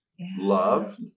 Love